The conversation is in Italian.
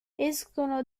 escono